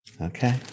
Okay